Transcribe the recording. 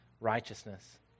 righteousness